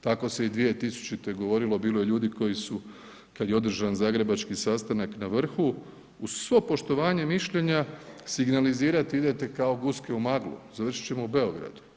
Tako se i 2000. govorilo, bilo je ljudi koji su kada je održan zagrebački sastanak na vrhu uz svo poštovanje mišljenja signalizirati idete kao guske u maglu, završiti ćemo u Beogradu.